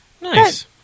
Nice